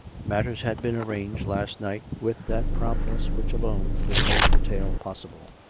matters had been arranged last night with that prompt ness which alone could make the tale possible.